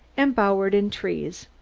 embowered in trees.